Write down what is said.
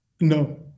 No